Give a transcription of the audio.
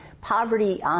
poverty